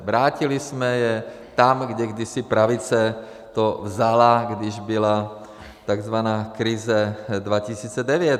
Vrátili jsme ho tam, kde to kdysi pravice vzala, když byla takzvaná krize 2009.